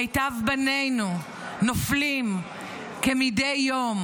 מיטב בנינו נופלים כמדי יום,